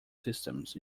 systems